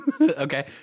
Okay